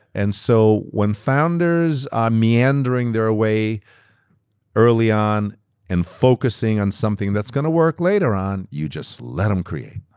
and so when founders are meandering their ah way early on and focusing on something that's going to work later on, you just let them create.